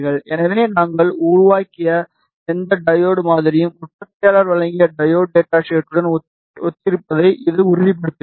எனவே நாங்கள் உருவாக்கிய எந்த டையோடு மாதிரியும் உற்பத்தியாளர் வழங்கிய டையோடு டேட்டா ஷீட்டுடன் ஒத்திசைந்திருப்பதை இது உறுதிப்படுத்துகிறது